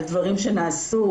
על דברים שנעשו,